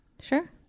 Sure